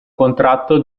contratto